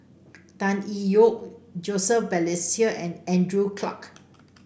Tan Ye Yoke Joseph Balestier and Andrew Clarke